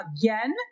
again